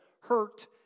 hurt